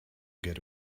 get